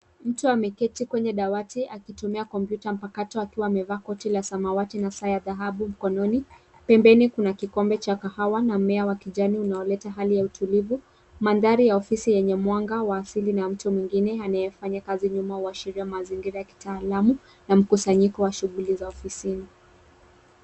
Mtu ameketi kwenye dawatia akitumia kompyuta mpakato akiwa amevaa koti la samawati na saa ya dhahabu mkononi, pembeni kuna kikombe cha kahawa na mmea wa kijani unaoleta hali ya utulivu. Mandhari ya ofisi yenye mwanga wa asili na mtu mwingine anayefanya kazi nyuma huashiria mazingira ya kitaalamu na mkusanyiko wa shuguli za ofisini.